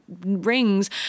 rings